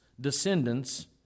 descendants